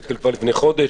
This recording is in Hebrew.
וכבר התחיל לפני חודש,